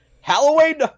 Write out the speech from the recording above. Halloween